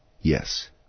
Yes